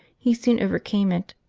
he soon overcame it,